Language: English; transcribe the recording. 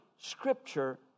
Scripture